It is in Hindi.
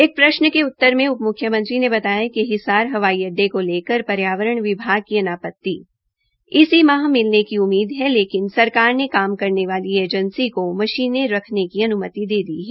एक प्रश्न के उत्तर में उप मुख्यमंत्री ने बताया कि हिसार हवाई अड्डे को लेकर पर्यावरण विभाग की अनापत्ति इसी माह मिलने की उम्मीद है लेकिन सरकार ने काम करने वाले एजेंसी को मशीनें रखने की अन्मति दे दी है